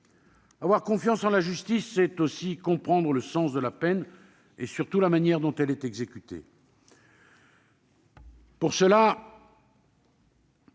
Avoir confiance en la justice, c'est aussi comprendre le sens de la peine et surtout la manière dont elle est exécutée. Pour cela,